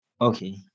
Okay